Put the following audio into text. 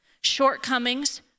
Shortcomings